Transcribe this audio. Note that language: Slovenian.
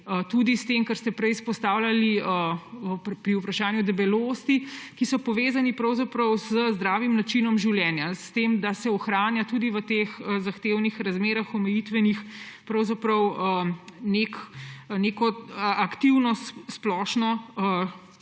tudi s tem, kar ste prej izpostavljali pri vprašanju o debelosti, ki so povezane pravzaprav z zdravim načinom življenja, s tem, da se ohranja tudi v teh zahtevnih omejitvenih razmerah aktivnost, splošno